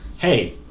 hey